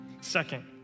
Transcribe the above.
Second